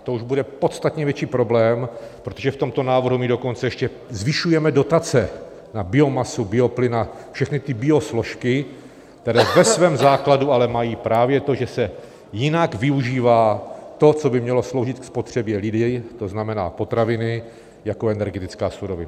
A to už bude podstatně větší problém, protože v tomto návrhu my dokonce ještě zvyšujeme dotace na biomasu, na bioplyn a na všechny ty biosložky, které ve svém základu ale mají právě to, že se jinak využívá to, co by mělo sloužit ke spotřebě lidí, to znamená potraviny, jako energetická surovina.